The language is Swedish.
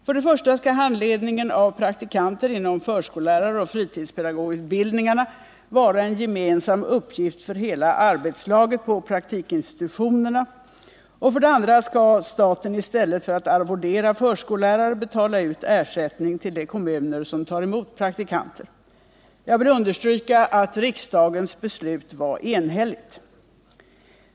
För det första skall handledningen av praktikanter inom förskolläraroch fritidspedagogutbildningarna vara en gemensam uppgift för hela arbetslaget på praktikinstitutionen, och för det andra skall staten i stället för att arvodera förskollärare betala ut ersättning till de kommuner som tar emot praktikanter. Jag vill understryka att riksdagens beslut var enhälligt.